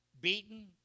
beaten